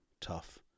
tough